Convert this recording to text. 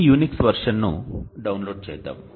ఈ యునిక్స్ వెర్షన్ను డౌన్లోడ్ చేద్దాం